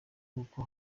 kuko